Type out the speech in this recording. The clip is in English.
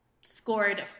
scored